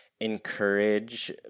encourage